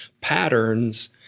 patterns